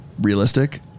realistic